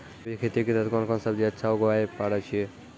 जैविक खेती के तहत कोंन कोंन सब्जी अच्छा उगावय पारे छिय?